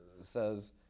says